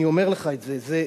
אני אומר לך את זה,